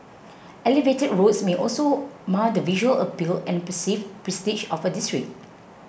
elevated roads may also mar the visual appeal and perceived prestige of a district